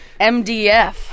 MDF